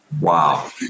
Wow